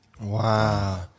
Wow